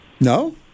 No